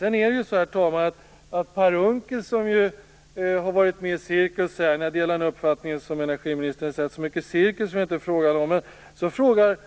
Herr talman! Per Unckel har ju varit med i cirkusen länge, även om jag delar energiministerns uppfattning att så mycket cirkus har det väl inte handlat om. Ändå frågar